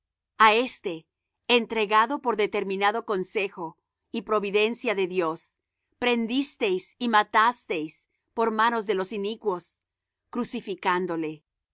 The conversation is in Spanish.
a éste entregado por determinado consejo y providencia de dios prendisteis y matasteis por manos de los inicuos crucificándole